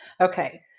Okay